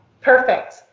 Perfect